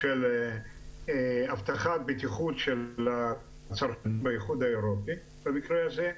של אבטחת בטיחות של --- באיחוד האירופי במקרה הזה,